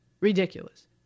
ridiculous